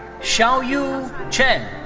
shao-yu chen.